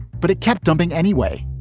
but it kept dumping anyway.